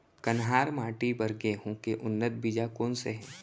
कन्हार माटी बर गेहूँ के उन्नत बीजा कोन से हे?